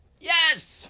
yes